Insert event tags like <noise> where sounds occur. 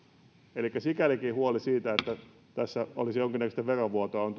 elikkä sikälikin huoli siitä että tässä olisi jonkinnäköistä verovuotoa on <unintelligible>